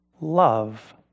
Love